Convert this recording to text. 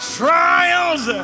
trials